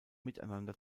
miteinander